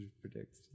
Predict